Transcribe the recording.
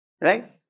right